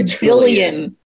billion